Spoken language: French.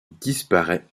disparaît